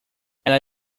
ela